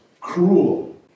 cruel